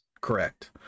Correct